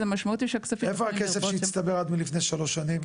אז המשמעות היא שהכספים --- איפה הכסף שהצטבר עד מלפני שלוש שנים?